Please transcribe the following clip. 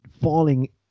falling